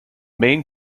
main